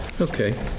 Okay